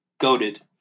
goaded